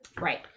Right